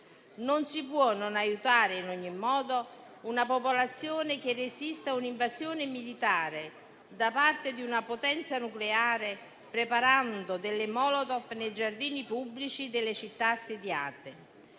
Non si può non aiutare in ogni modo una popolazione che resiste a un'invasione militare da parte di una potenza nucleare, preparando delle *molotov* nei giardini pubblici delle città assediate.